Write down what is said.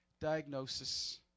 diagnosis